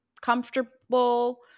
comfortable